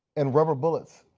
and rubber bullets.